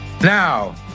Now